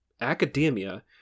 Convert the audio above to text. academia